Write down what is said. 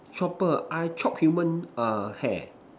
chopper I chop human err hair